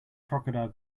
crocodile